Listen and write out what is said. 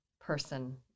person